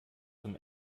zum